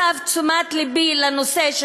והוסבה תשומת לבי לנושא,